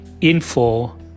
info